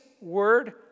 word